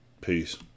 Peace